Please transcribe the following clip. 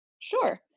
Sure